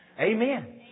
Amen